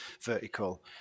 vertical